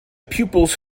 pupils